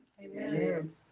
Amen